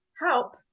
help